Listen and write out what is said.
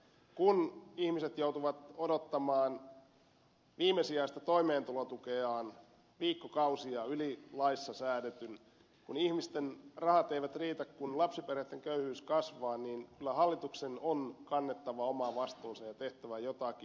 kun ihmiset joutuvat odottamaan viimesijaista toimeentulotukeaan viikkokausia yli laissa säädetyn kun ihmisten rahat eivät riitä kun lapsiperheitten köyhyys kasvaa niin kyllä hallituksen on kannettava oma vastuunsa ja tehtävä jotakin